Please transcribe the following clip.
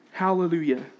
Hallelujah